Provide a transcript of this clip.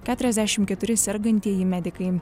keturiasdešimt keturi sergantieji medikai